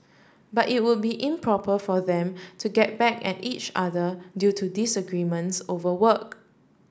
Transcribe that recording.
but it would be improper for them to get back at each other due to disagreements over work